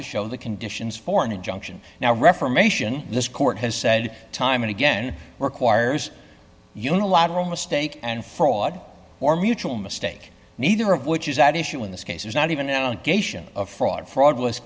to show the conditions for an injunction now reformation this court has said time and again requires unilateral mistake and fraud or mutual mistake neither of which is at issue in this case is not even known geisha of fraud fraud was